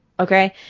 Okay